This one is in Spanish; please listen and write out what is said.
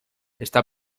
está